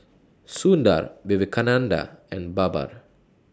Sundar Vivekananda and Baba